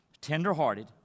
tender-hearted